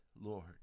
Lord